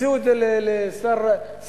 הציעו את זה לשר הפנים,